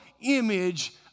image